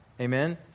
Amen